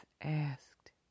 asked